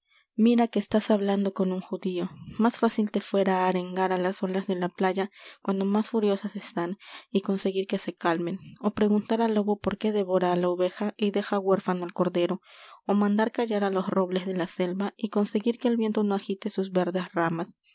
mira que estás hablando con un judío más fácil te fuera arengar á las olas de la playa cuando más furiosas están y conseguir que se calmen ó preguntar al lobo por qué devora á la oveja y deja huérfano al cordero ó mandar callar á los robles de la selva y conseguir que el viento no agite sus verdes ramas